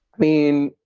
mean,